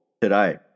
today